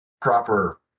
proper